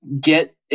get